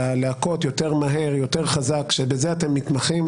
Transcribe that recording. להכות יותר מהר ויותר חזק שבזה אתם מתמחים,